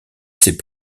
ses